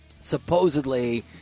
supposedly